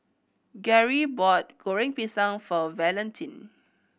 Geri bought Goreng Pisang for Valentine